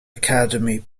academy